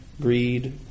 greed